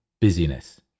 busyness